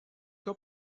cas